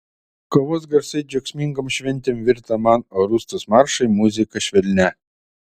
kovos garsai džiaugsmingom šventėm virto man o rūstūs maršai muzika švelnia